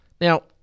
Now